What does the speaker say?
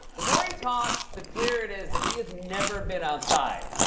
the more he talks, the clearer it is that he has never been outside.